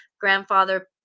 grandfather